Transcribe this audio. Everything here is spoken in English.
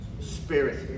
spirit